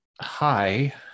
hi